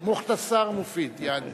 "מוכתסר מופיד", יעני.